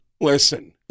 listen